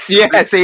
yes